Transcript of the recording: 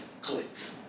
clicks